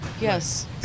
Yes